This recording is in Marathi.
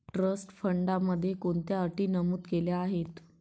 ट्रस्ट फंडामध्ये कोणत्या अटी नमूद केल्या आहेत?